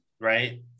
right